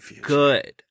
good